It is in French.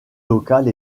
locale